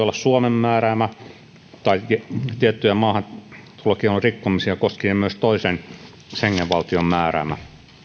olla suomen määräämä tai tiettyjä maahantulokiellon rikkomisia koskien myös toisen schengen valtion määräämä